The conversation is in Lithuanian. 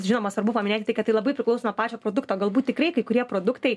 žinoma svarbu paminėti tai kad tai labai priklauso nuo pačio produkto galbūt tikrai kai kurie produktai